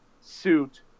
suit